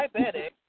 diabetic